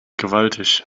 gewaltig